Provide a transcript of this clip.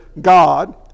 God